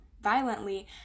violently